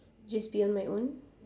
just be on my own